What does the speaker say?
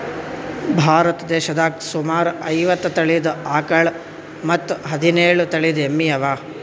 ಭಾರತ್ ದೇಶದಾಗ್ ಸುಮಾರ್ ಐವತ್ತ್ ತಳೀದ ಆಕಳ್ ಮತ್ತ್ ಹದಿನೇಳು ತಳಿದ್ ಎಮ್ಮಿ ಅವಾ